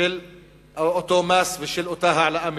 של אותו מס ושל אותה העלאה מתוכננת.